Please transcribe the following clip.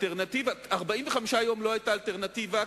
45 יום לא היתה אלטרנטיבה,